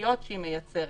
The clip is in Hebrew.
המשפטיות שהיא מייצרת.